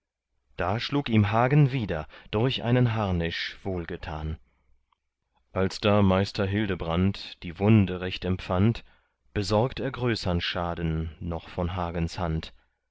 da schlug ihm hagen wieder durch einen harnisch wohlgetan als da meister hildebrand die wunde recht empfand besorgt er größern schaden noch von hagens hand